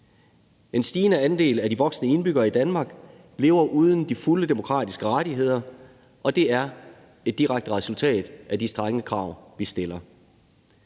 En stigende andel af de voksne indbyggere i Danmark lever uden de fulde demokratiske rettigheder, og det er et direkte resultat af de strenge krav, vi stiller.